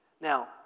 Now